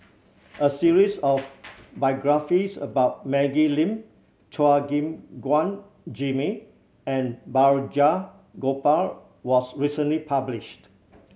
a series of biographies about Maggie Lim Chua Gim Guan Jimmy and Balraj Gopal was recently published